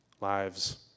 lives